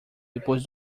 depois